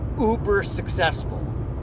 uber-successful